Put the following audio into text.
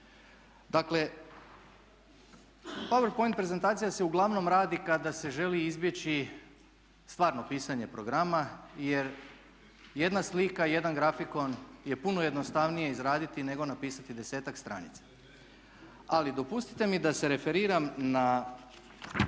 Dakle, power point prezentacija se uglavnom radi kada se želi izbjeći stvarno pisanje programa jer jedna slika i jedan grafikon je puno jednostavnije izraditi nego napisati 10-ak stranica. Ali dopustite mi da se referiram na